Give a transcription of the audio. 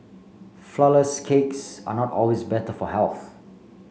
flourless cakes are not always better for health